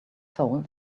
soul